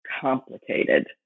complicated